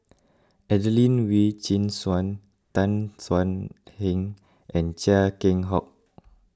Adelene Wee Chin Suan Tan Thuan Heng and Chia Keng Hock